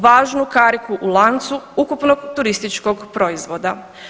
Važnu kariku u lancu ukupnog turističkog proizvoda.